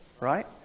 right